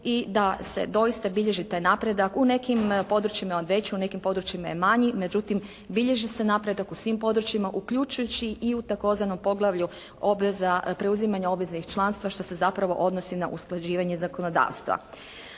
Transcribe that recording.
i da se doista bilježi taj napredak. U nekim područjima je on veći, u nekim područjima je manji međutim bilježi se napredak u svim područjima uključujući i u tzv . poglavlju obveza, preuzimanja obveznih članstva što se zapravo odnosi na usklađivanje zakonodavstva.